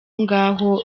ngaho